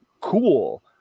cool